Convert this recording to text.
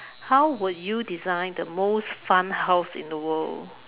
how would you design the most fun house in the world